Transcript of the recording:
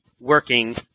working